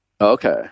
Okay